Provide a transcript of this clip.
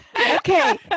Okay